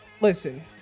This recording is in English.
Listen